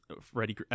Freddy